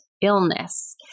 illness